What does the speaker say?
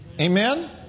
Amen